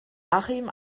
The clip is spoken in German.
achim